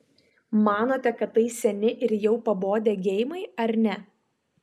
manote kad tai seni ir jau pabodę geimai ar ne